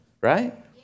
Right